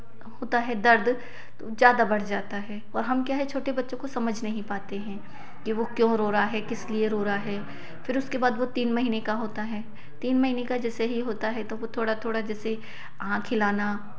होता है दर्द तो ज़्यादा बढ़ जाता है और हम क्या है छोटे बच्चों को समझ नहीं पाते हैं कि वह क्यों रो रहा है किस लिए रो रहा है फिर उसके बाद वह तीन महीने का होता है तीन महीने का जैसे ही होता है तो वह थोड़ा थोड़ा जैसे आँख हिलाना